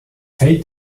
feld